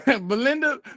Belinda